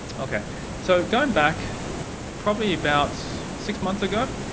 okay so going back probably about six months ago,